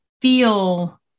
feel